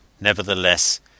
Nevertheless